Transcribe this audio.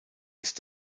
ist